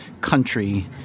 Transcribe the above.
country